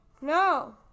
No